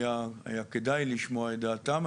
היה כדאי לשמוע את דעתם.